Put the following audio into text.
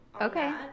Okay